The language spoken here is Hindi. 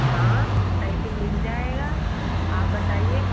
हाँ सइकिल मिल जाएगा आप बताइए